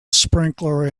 sprinkler